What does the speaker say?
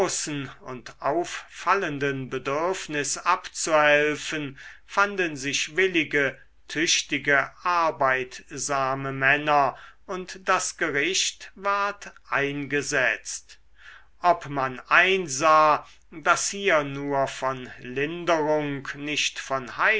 und auffallenden bedürfnis abzuhelfen fanden sich willige tüchtige arbeitsame männer und das gericht ward eingesetzt ob man einsah daß hier nur von linderung nicht von